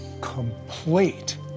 complete